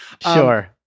Sure